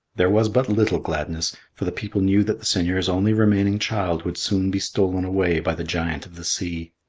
there was but little gladness, for the people knew that the seigneur's only remaining child would soon be stolen away by the giant of the sea.